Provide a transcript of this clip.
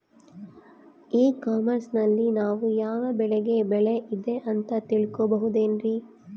E commerce ನಲ್ಲಿ ನಾವು ಯಾವ ಬೆಳೆಗೆ ಬೆಲೆ ಇದೆ ಅಂತ ತಿಳ್ಕೋ ಬಹುದೇನ್ರಿ?